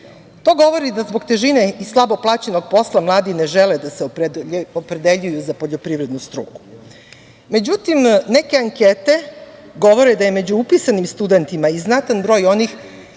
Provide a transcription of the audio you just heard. To govori da zbog težine i slabo plaćenog posla, mladi ne žele da se opredeljuju za poljoprivrednu struku. Međutim, neke ankete govore da je među upisanim studentima i znatan broj onih